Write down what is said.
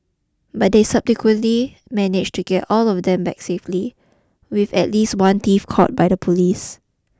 but they subsequently managed to get all of them back safely with at least one thief caught by the police